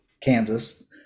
Kansas